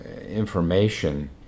information